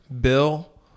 Bill